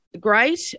great